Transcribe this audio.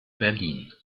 berlin